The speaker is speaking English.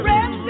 Red